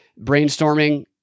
brainstorming